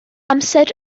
amser